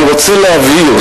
אני רוצה להבהיר,